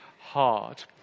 hard